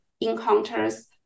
encounters